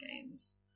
games